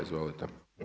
Izvolite.